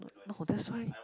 no that's why